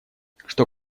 что